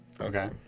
Okay